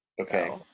Okay